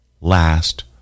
last